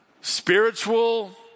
spiritual